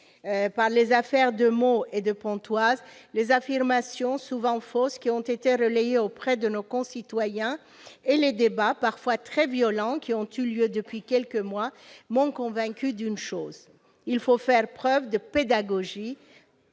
par les affaires de Meaux et de Pontoise, les affirmations, souvent fausses, qui ont été relayées auprès de nos concitoyens et les débats, parfois très violents, qui ont eu lieu depuis quelques mois m'ont convaincue d'une chose : il faut faire preuve de pédagogie